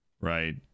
right